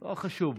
לא חשוב.